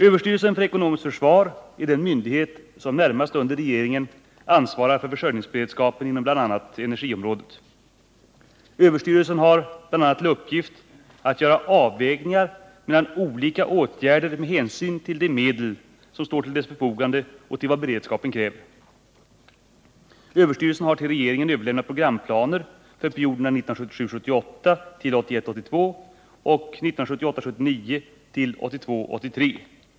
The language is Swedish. Överstyrelsen för ekonomiskt försvar är den myndighet som närmast under regeringen ansvarar för försörjningsberedskapen inom bl.a. energiområdet. ÖEF har bl.a. till uppgift att göra avvägningar mellan olika åtgärder med hänsyn till de medel som står till dess förfogande och till vad beredskapen kräver. ÖEF har till regeringen överlämnat programplaner för perioderna 1977 82 och 1978 83.